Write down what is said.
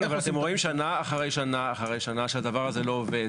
אבל אתם רואים ששנה אחרי שנה שהדבר הזה לא עובד.